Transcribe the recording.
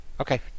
okay